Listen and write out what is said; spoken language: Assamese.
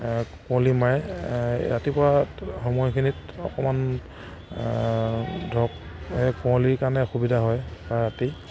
কুঁৱলী মাৰে ৰাতিপুৱা সময়খিনিত অকণমান ধৰক কুঁৱলীৰ কাৰণে অসুবিধা হয় বা ৰাতি